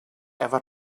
ever